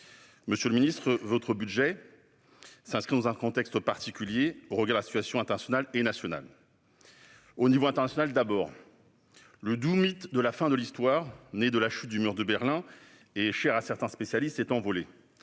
Monsieur le ministre, votre budget s'inscrit dans un contexte particulier, au regard de la situation internationale et nationale. Au niveau international, d'abord, le doux mythe de la « fin de l'histoire », né de la chute du mur de Berlin et cher à certains spécialistes, s'est envolé.